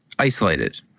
isolated